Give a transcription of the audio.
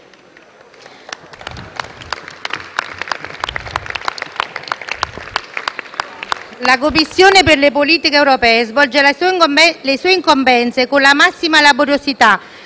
La Commissione per le politiche europee svolge le sue incombenze con la massima laboriosità,